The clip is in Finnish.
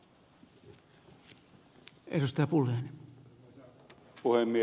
arvoisa puhemies